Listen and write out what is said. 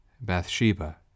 Bathsheba